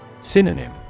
Synonym